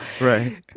Right